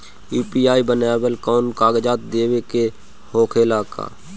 UPI बनावेला कौनो कागजात देवे के होखेला का?